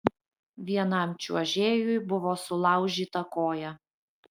vienam čiuožėjui buvo sulaužyta koja